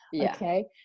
okay